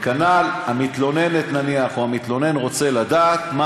כנ"ל המתלוננת או המתלונן: רוצה לדעת מה